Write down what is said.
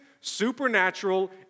supernatural